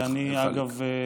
ואני, אגב,